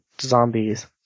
zombies